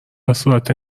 بهصورت